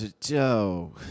Joe